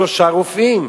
שלושה רופאים.